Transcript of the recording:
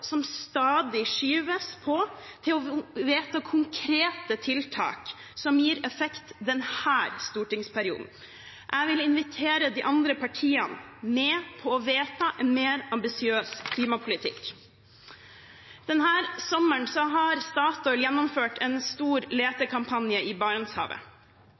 som stadig skyves på, til å vedta konkrete tiltak som gir effekt denne stortingsperioden. Jeg vil invitere de andre partiene med på å vedta en mer ambisiøs klimapolitikk. Denne sommeren har Statoil gjennomført en stor letekampanje i Barentshavet.